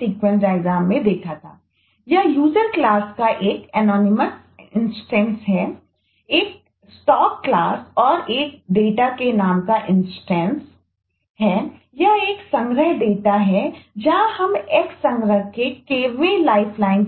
sequence diagram